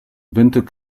vingt